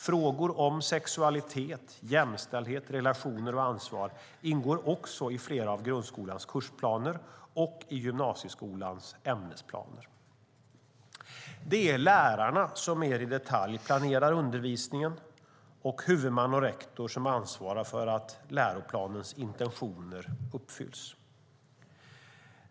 Frågor om sexualitet, jämställdhet, relationer och ansvar ingår också i flera av grundskolans kursplaner och gymnasieskolans ämnesplaner. Det är lärarna som mer i detalj planerar undervisningen och huvudman och rektor som ansvarar för att läroplanens intentioner uppfylls.